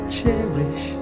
cherish